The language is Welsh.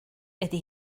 ydy